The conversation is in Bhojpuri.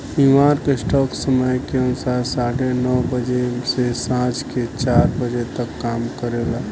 न्यूयॉर्क स्टॉक समय के अनुसार साढ़े नौ बजे से सांझ के चार बजे तक काम करेला